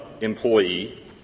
employee